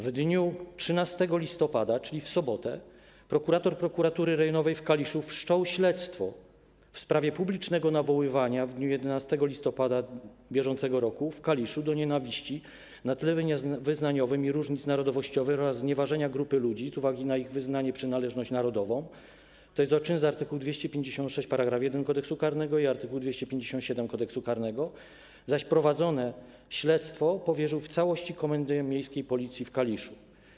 W dniu 13 listopada, czyli w sobotę, prokurator Prokuratury Rejonowej w Kaliszu wszczął śledztwo w sprawie publicznego nawoływania w dniu 11 listopada br. w Kaliszu do nienawiści na tle wyznaniowym i różnic narodowościowych oraz znieważenia grupy ludzi z uwagi na ich wyznanie, przynależność narodową, tj. o czyn z art. 256 § 1 Kodeksu karnego i art. 257 Kodeksu karnego, zaś prowadzone śledztwo powierzył w całości Komendzie Miejskiej Policji w Kaliszu.